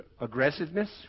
Aggressiveness